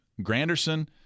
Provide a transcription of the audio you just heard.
Granderson